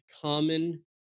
common